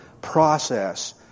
process